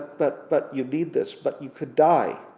but but you need this, but you could die